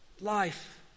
life